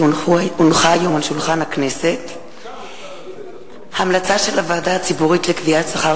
כי הונחה היום על שולחן הכנסת המלצה של הוועדה הציבורית לקביעת שכר